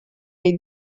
bija